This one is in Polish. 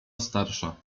starsza